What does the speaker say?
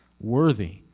Worthy